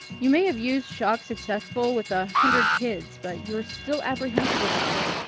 you may have used shock successfully with a hundred kids, but you're still apprehensive about it.